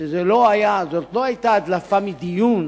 שזו לא היתה הדלפה מדיון